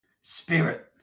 Spirit